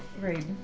Right